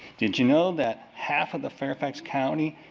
did you know that half of the fairfax county